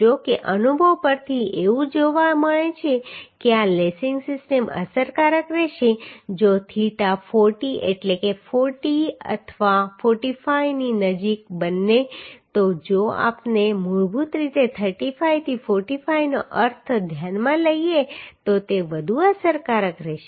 જો કે અનુભવ પરથી એવું જોવા મળે છે કે આ લેસીંગ સિસ્ટમ અસરકારક રહેશે જો થીટા 40 એટલે કે 40 40 અથવા 45 ની નજીક બને તો જો આપણે મૂળભૂત રીતે 35 થી 45 નો અર્થ ધ્યાનમાં લઈએ તો તે વધુ અસરકારક રહેશે